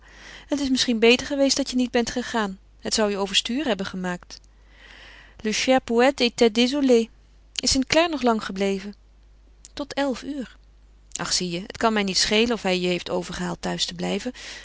het is misschien beter geweest dat je niet bent gegaan het zou je overstuur hebben gemaakt le cher poète était désolé is st clare nog lang gebleven tot elf uur ach zie je het kan mij niet schelen of hij je heeft overgehaald thuis te blijven